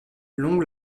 long